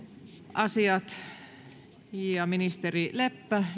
asiat ministeri leppä